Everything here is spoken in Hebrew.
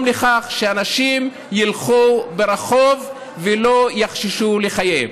לכך שאנשים ילכו ברחוב ולא יחששו לחייהם.